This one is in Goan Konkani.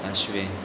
आशवें